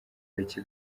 bake